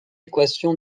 équation